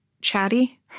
chatty